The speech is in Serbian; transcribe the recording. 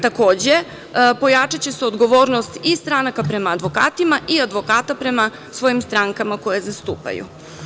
Takođe, pojačaće se odgovornost i stranaka prema advokatima i advokata prema svojim strankama koje zastupaju.